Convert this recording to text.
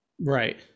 right